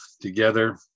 together